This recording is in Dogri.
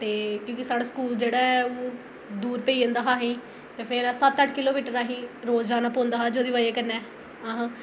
ते क्योंकि साढ़ा स्कूल जेह्ड़ा ऐ ओह् दूर पेई जंदा हा असें ई ते फ्ही सत्त अट्ठ किलोमीटर असें ई रोज जाना पौंदा हा जेह्दी वजह् कन्नै अस